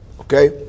Okay